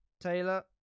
Taylor